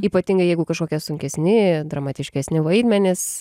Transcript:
ypatingai jeigu kažkokie sunkesni dramatiškesni vaidmenys